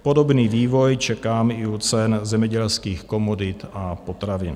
Podobný vývoj čekám i u cen zemědělských komodit a potravin.